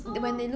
so